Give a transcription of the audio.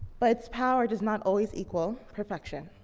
but its power does not always equal perfection.